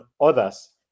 others